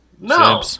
No